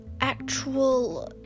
actual